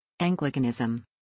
Anglicanism